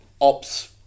ops